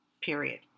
period